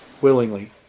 willingly